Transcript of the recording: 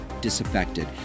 Disaffected